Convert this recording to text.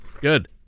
good